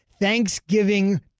Thanksgiving